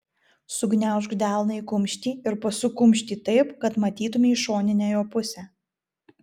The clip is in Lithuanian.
sugniaužk delną į kumštį ir pasuk kumštį taip kad matytumei šoninę jo pusę